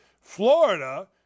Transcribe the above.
Florida